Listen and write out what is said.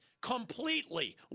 completely